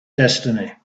destiny